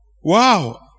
Wow